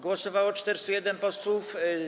Głosowało 401 posłów.